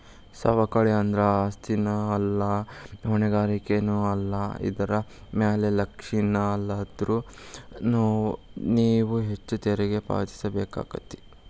ಸವಕಳಿ ಅಂದ್ರ ಆಸ್ತಿನೂ ಅಲ್ಲಾ ಹೊಣೆಗಾರಿಕೆನೂ ಅಲ್ಲಾ ಇದರ್ ಮ್ಯಾಲೆ ಲಕ್ಷಿಲ್ಲಾನ್ದ್ರ ನೇವು ಹೆಚ್ಚು ತೆರಿಗಿ ಪಾವತಿಸಬೇಕಾಕ್ಕೇತಿ